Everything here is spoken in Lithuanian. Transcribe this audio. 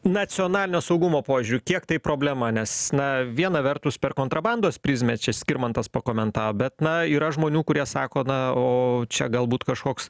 nacionalinio saugumo požiūriu kiek tai problema nes na viena vertus per kontrabandos prizmę čia skirmantas pakomentavo bet na yra žmonių kurie sako na o čia galbūt kažkoks